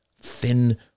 thin